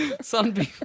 Sunbeam